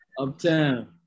Uptown